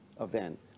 event